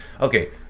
okay